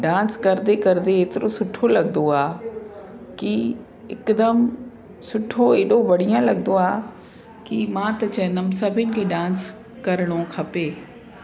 dance कंदे कंदे एतिरो सुठो लॻंदो आहे की हिकदमि सुठो एॾो बढ़िया लॻंदो आहे की मां त चवंदमि सभिनि खे डांस करिणो खपे